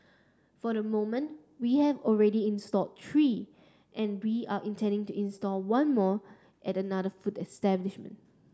for the moment we have already installed three and we are intending to install one more at another food establishment